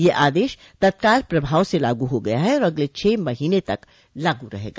ये आदेश तत्काल प्रभाव से लागू हो गया है और अगले छह महीने तक लागू रहेगा